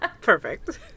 Perfect